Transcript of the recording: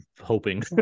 hoping